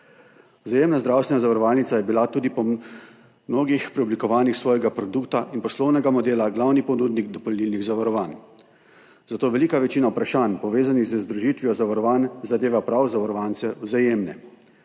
Vzajemna zdravstvena zavarovalnica je bila tudi po mnogih preoblikovanjih svojega produkta in poslovnega modela glavni ponudnik dopolnilnih zavarovanj, zato velika večina vprašanj, povezanih z združitvijo zavarovanj, zadeva prav zavarovance Vzajemne,